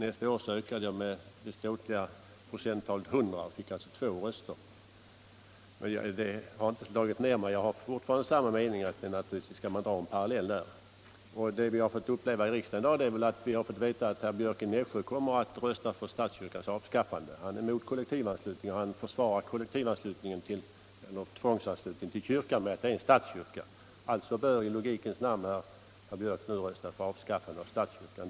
Året därefter ökade anslutningen med ståtliga 100 926 — den fick då alltså två röster men detta har inte gjort mig nedslagen. Jag har fortfarande meningen att man skall dra en parallell där. I dag har vi i riksdagen fått veta att herr Björck i Nässjö kommer att rösta för statskyrkans avskaffande. Han är mot kollektivanslutning och han försvarar tvångsanslutningen till statskyrkan med att det är en statskyrka. Alltså bör herr Björck i logikens namn rösta för avskaffandet av statskyrkan.